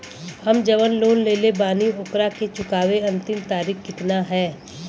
हम जवन लोन लेले बानी ओकरा के चुकावे अंतिम तारीख कितना हैं?